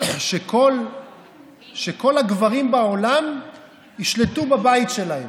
שכל הגברים בעולם ישלטו בבית שלהם,